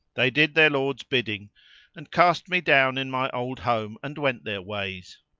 they did their lord's bidding and cast me down in my old home and went their ways.